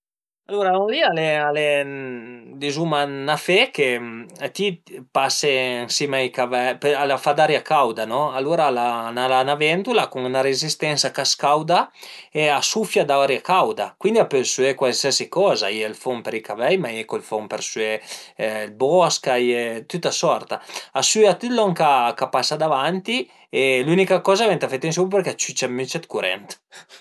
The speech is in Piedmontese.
Alura lon li al e al e dizuma ün afé che ti pase ën sima ai cavei, a fa d'aria cauda no, alura al a 'na ventula cun 'na rezistensa ch'a scauda e a sufia d'aria cauda, cuindi a pöl süé cualsiasi coza, a ie ël fon për i cavei, ma a ie co ël fon për süé ël bosch, a ie tüta sorta, a süa tüt lon ch'a pasa davanti e l'ünica coza venta de atansiun përché a ciücia ën müch dë curent